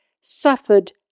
suffered